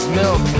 milk